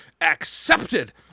accepted